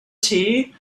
tea